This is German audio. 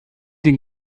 den